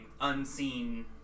unseen